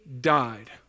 died